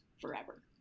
forever